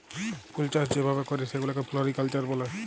ফুলচাষ যে ভাবে ক্যরে সেগুলাকে ফ্লরিকালচার ব্যলে